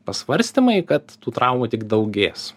pasvarstymai kad tų traumų tik daugės